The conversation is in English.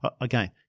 again